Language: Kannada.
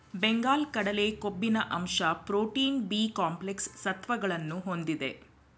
ಬೆಂಗಲ್ ಕಡಲೆ ಕೊಬ್ಬಿನ ಅಂಶ ಪ್ರೋಟೀನ್, ಬಿ ಕಾಂಪ್ಲೆಕ್ಸ್ ಸತ್ವಗಳನ್ನು ಹೊಂದಿದೆ